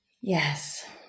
Yes